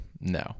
No